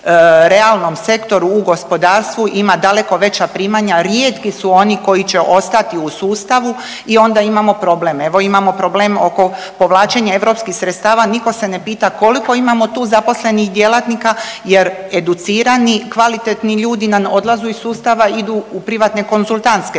u realnom sektoru, u gospodarstvu, ima daleko veća primanja, rijetki su oni koji će ostati u sustavu i onda imamo problem. Evo imamo problem oko povlačenja europskih sredstava, niko se ne pita koliko imamo tu zaposlenih djelatnika jer educirani i kvalitetni ljudi nam odlazu iz sustavu, idu u privatne konzultantske